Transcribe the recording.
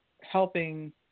helping